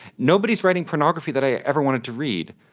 nobody is writing pornography that i ever wanted to read,